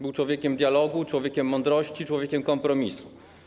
Był człowiekiem dialogu, człowiekiem mądrości, człowiekiem kompromisu.